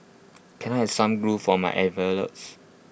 can I have some glue for my envelopes